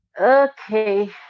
Okay